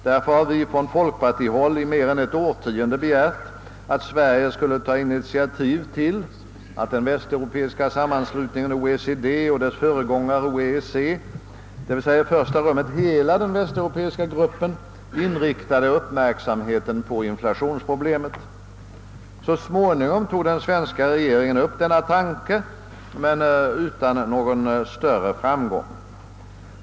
Därför har vi från folkpartihåll i mer än ett årtionde begärt att Sverige skulle ta initiativ till att den västeuropeiska sammanslutningen OECD och dess föregångare OEEC, d.v.s. i första rummet hela den västeuropeiska gruppen, inriktade uppmärksamheten på inflationsproblemet. Så småningom tog den svenska regeringen upp denna tanke — men utan någon större framgång.